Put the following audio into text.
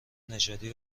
نژادی